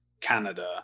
Canada